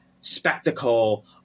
spectacle